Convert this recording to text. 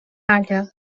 talla